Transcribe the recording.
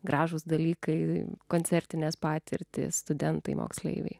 gražūs dalykai koncertinės patirtys studentai moksleiviai